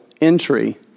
entry